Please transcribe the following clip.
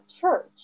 church